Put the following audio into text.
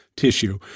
tissue